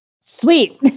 Sweet